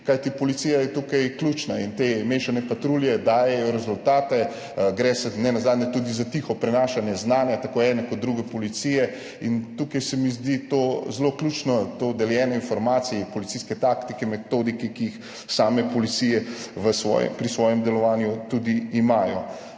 Kajti policija je tukaj ključna in te mešane patrulje dajejo rezultate, gre nenazadnje tudi za tiho prenašanje znanja tako ene kot druge policije in tukaj se mi zdi to zelo ključno, to deljenje informacije, policijske taktike, metodike, ki jih same policije pri svojem delovanju tudi imajo.